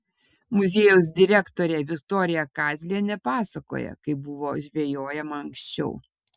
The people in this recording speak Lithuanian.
muziejaus direktorė viktorija kazlienė pasakoja kaip buvo žvejojama anksčiau